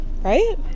Right